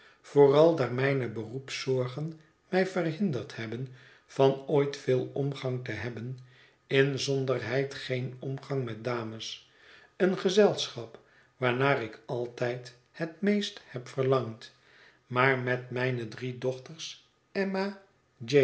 vooral daar mijne beroepszorgen mij verhinderd hebben van ooit veel omgang te hebben inzonderheid geen omgang met dames een gezelschap waarnaar ik altijd het meest heb verlangd maar met mijne drie dochters emma